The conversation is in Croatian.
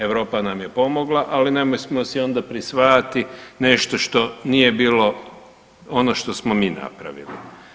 Europa nam je pomogla, ali nemojmo si onda prisvajati nešto što nije bilo ono što smo mi napravili.